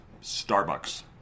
Starbucks